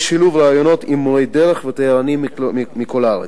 בשילוב ראיונות עם מורי דרך ותיירנים מכל הארץ.